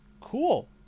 Cool